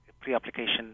pre-application